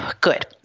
Good